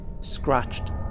scratched